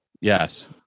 Yes